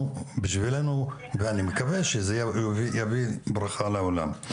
ובשבילנו ואני מקווה שזה יביא ברכה לעולם.